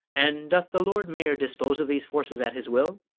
and doth the lord mayor dispose of these forces at his will?